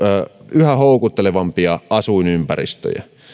yhä houkuttelevampia asuinympäristöjä